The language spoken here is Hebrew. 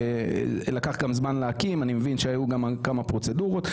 לקח זמן להקים ואני מבין שהיו גם כמה פרוצדורות.